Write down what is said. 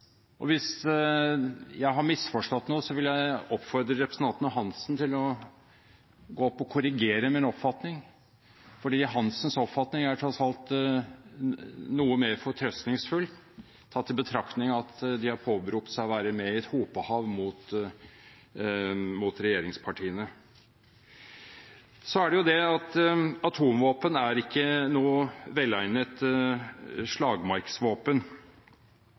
Og hvis jeg har misforstått noe, vil jeg oppfordre representanten Hansen til å gå på talerstolen og korrigere min oppfatning, for representanten Hansens oppfatning er tross alt noe mer fortrøstningsfull, tatt i betraktning at de har påberopt seg å være med i et hopehav mot regjeringspartiene. Så er det det at atomvåpen er ikke noe velegnet slagmarksvåpen,